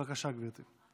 בבקשה, גברתי.